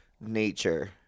nature